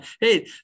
Hey